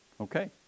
Okay